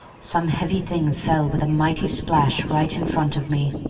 some heavy thing fell with a mighty splash right in front of me.